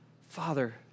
Father